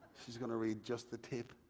she's gonna read just the tip.